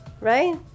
Right